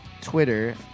Twitter